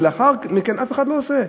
אבל לאחר מכן אף אחד לא עושה,